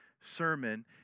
sermon